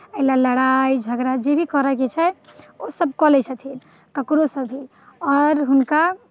एहि लेल लड़ाइ झगड़ा जे भी करयके छै ओसभ कऽ लैत छथिन ककरोसँ भी आओर हुनका